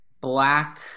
Black